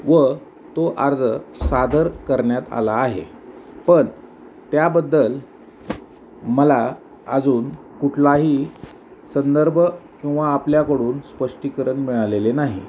व तो अर्ज सादर करण्यात आला आहे पण त्याबद्दल मला अजून कुठलाही संदर्भ किंवा आपल्याकडून स्पष्टीकरण मिळालेले नाही